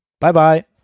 Bye-bye